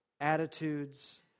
attitudes